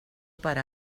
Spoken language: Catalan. per